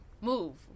move